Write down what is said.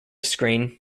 screen